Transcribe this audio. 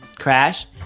crash